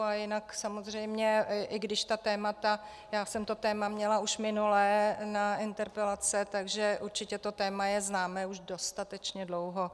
A jinak samozřejmě, i když ta témata, já jsem to téma měla už minule na interpelace, takže určitě to téma je známé už dostatečně dlouho.